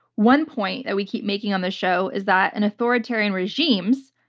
one point that we keep making on the show is that in authoritarian regimes,